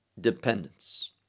dependence